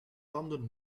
tanden